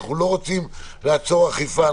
אנחנו לא רוצים לעצור אכיפה,